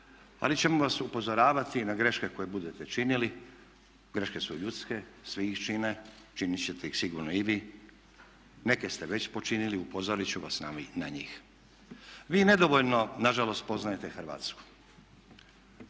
ali ćemo vas upozoravati na greške koje budete činili, greške su ljudske, svi ih čine, činit ćete ih sigurno i vi, neke ste već učinili upozorit ću vas na njih. Vi nedovoljno nažalost poznajete Hrvatsku.